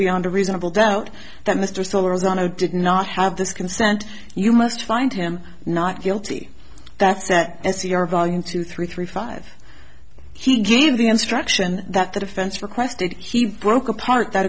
beyond a reasonable doubt that mr stoller the no did not have this consent you must find him not guilty that's that is your volume two three three five he gave the instruction that the defense requested he broke apart that